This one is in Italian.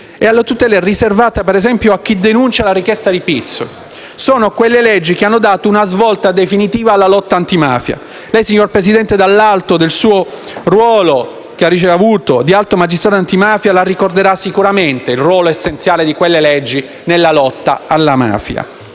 alle tutele riservate, ad esempio, a chi denuncia la richiesta di pizzo. Sono quelle leggi che hanno dato una svolta definitiva alla lotta antimafia. Lei, signor Presidente, dall'alto del suo ruolo di alto magistrato antimafia ricorderà sicuramente il ruolo essenziale di quelle leggi nella lotta alla mafia.